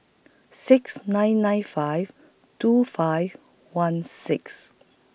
six nine nine five two five one six